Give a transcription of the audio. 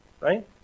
right